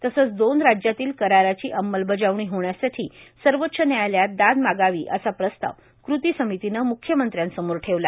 तसंच दोन राज्यातल्या कराराची अंमलबजावणी होण्यासाठी सर्वोच्च न्यायालयात दाद मागावी असा प्रस्ताव कृती समितीनं म्ख्यमंत्र्यांसमोर ठेवला